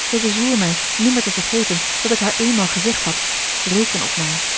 zij bezwoer mij nimmer te vergeten dat ik haar eenmaal gezegd had reken op mij